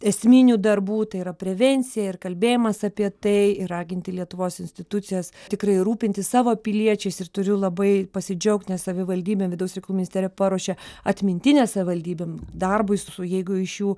esminių darbų tai yra prevencija ir kalbėjimas apie tai ir raginti lietuvos institucijas tikrai rūpintis savo piliečiais ir turiu labai pasidžiaugt nes savivaldybė vidaus reikalų ministerija paruošė atmintinę savivaldybėm darbui su jeigu iš jų